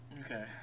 Okay